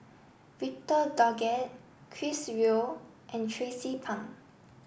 Victor Doggett Chris Yeo and Tracie Pang